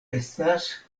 estas